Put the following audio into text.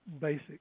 Basic